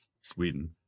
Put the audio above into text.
Sweden